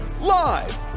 live